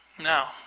now